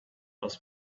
was